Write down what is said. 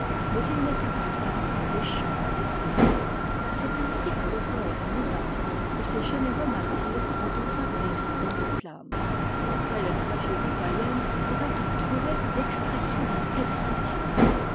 mais il n'était plus temps les chants avaient cessé c'est ainsi que le poëte nous apprend que ces généreux martyrs ont enfin péri dans les flammes dans quelle tragédie païenne pourrait-on trouver l'expression d'un tel sentiment